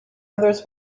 others